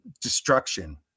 destruction